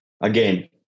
Again